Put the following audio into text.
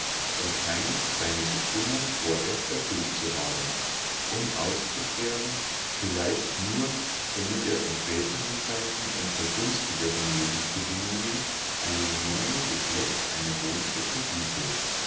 scheint seine bestimmung vorerst erfüllt zu haben um auszusterben vielleicht nur damit er in späteren zeiten unter günstigeren lebensbedingungen einem neuen geschlecht eine wohnstätte biete